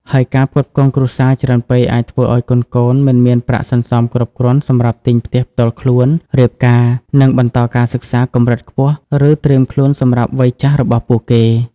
ហើយការផ្គត់ផ្គង់គ្រួសារច្រើនពេកអាចធ្វើឱ្យកូនៗមិនមានប្រាក់សន្សំគ្រប់គ្រាន់សម្រាប់ទិញផ្ទះផ្ទាល់ខ្លួន រៀបការ និងបន្តការសិក្សាកម្រិតខ្ពស់ ឬត្រៀមខ្លួនសម្រាប់វ័យចាស់របស់ពួកគេ។